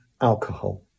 alcohol